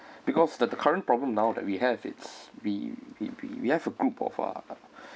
because the the current problem now that we have it's we we we we have a group of uh